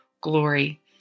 glory